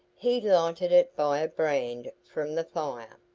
he lighted it by a brand from the fire,